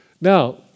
Now